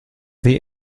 die